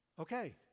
Okay